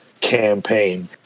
campaign